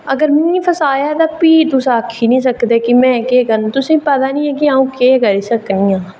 अगर मिगी फसाया ते प्ही तुस आक्खी निं सकदे कि में केह् करना तुसें गी पता निं ऐ अ'ऊं केह् करी सकनी आं